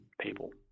people